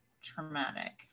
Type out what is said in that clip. traumatic